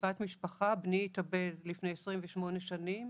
בת משפחה, בני התאבד לפני 28 שנים,